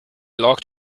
locked